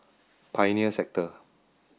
Pioneer Sector